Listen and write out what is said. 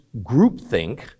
groupthink